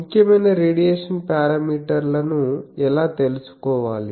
ముఖ్యమైన రేడియేషన్ పారామీటర్లను ఎలా తెలుసుకోవాలి